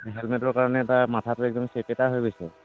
সেই হেলমেটৰ কাৰণে তাৰ মাথাতো একদম চেপেটা হৈ গৈছে